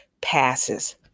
passes